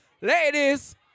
Ladies